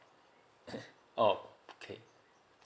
oh okay